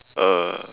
uh